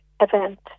event